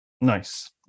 nice